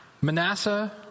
Manasseh